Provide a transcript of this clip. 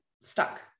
stuck